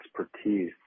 expertise